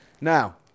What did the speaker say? Now